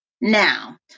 Now